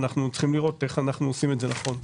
ושנית אנחנו צריכים לראות איך אנחנו עושים את זה נכון.